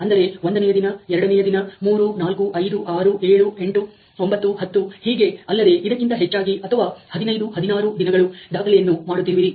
ಅಂದರೆ ಒಂದನೆಯ ದಿನ ಎರಡನೆಯ ದಿನ 3 4 5 6 7 8 9 10 ಹೀಗೆ ಅಲ್ಲದೆ ಇದಕ್ಕಿಂತ ಹೆಚ್ಚಾಗಿ ಅಥವಾ 15 16 ದಿನಗಳು ದಾಖಲೆಯನ್ನು ಮಾಡುತ್ತಿರುವಿರಿ